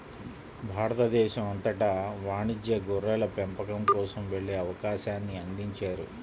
భారతదేశం అంతటా వాణిజ్య గొర్రెల పెంపకం కోసం వెళ్ళే అవకాశాన్ని అందించారు